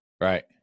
Right